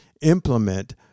implement